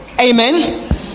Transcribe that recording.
amen